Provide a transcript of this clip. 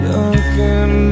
Looking